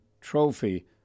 Trophy